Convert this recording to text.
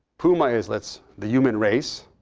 puma is that's the human race.